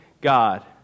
God